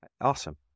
Awesome